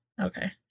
Okay